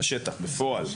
בפועל.